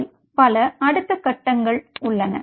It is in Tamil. இதில் பல அடுத்த கட்டங்கள் உள்ளன